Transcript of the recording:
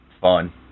fun